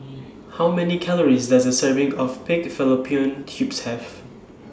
How Many Calories Does A Serving of Pig Fallopian Tubes Have